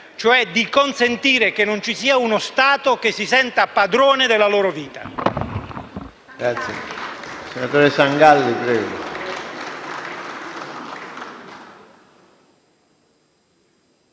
così da consentire che non ci sia uno Stato che si senta padrone della loro vita.